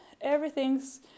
everything's